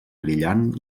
brillant